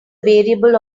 variable